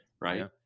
right